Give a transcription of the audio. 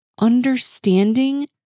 Understanding